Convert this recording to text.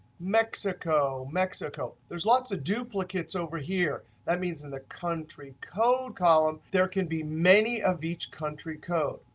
mexico, mexico, there's lots of duplicates over here. that means in the country code column there can be many of each country code.